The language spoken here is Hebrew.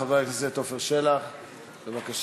חבר הכנסת עפר שלח, בבקשה.